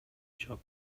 жок